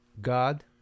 God